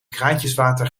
kraantjeswater